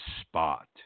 spot